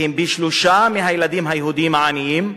והם פי-שלושה מהילדים היהודים העניים,